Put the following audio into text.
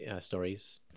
stories